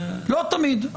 לא תמיד.